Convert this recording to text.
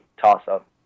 toss-up